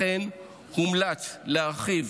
לכן, הומלץ להרחיב